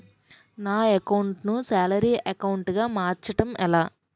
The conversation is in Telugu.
నా అకౌంట్ ను సాలరీ అకౌంట్ గా మార్చటం ఎలా?